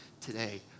today